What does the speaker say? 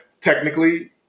technically